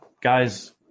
guys